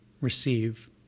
receive